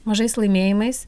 mažais laimėjimais